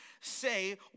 say